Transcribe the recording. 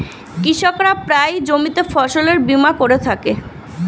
কৃষকরা প্রায়ই জমিতে ফসলের বীমা করে থাকে